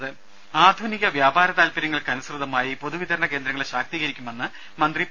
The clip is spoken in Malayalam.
ദേദ ആധുനിക വ്യാപാര താത്പര്യങ്ങൾക്കനുസൃതമായി പൊതു വിതരണ കേന്ദ്രങ്ങളെ ശാക്തീകരിക്കുമെന്ന് മന്ത്രി പി